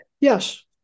Yes